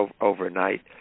overnight